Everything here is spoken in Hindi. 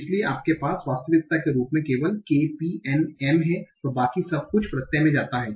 इसलिए आपके पास वास्तविकता के रूप में केवल k p n m है और बाकी सब कुछ प्रत्यय में जाता है